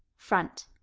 front,